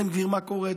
בן גביר, מה קורה?